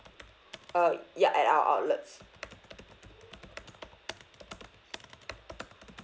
uh ya at our outlets